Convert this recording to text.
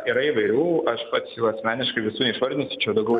yra įvairių aš pats jų asmeniškai visų neišvardinsiu čia daugiau